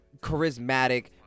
charismatic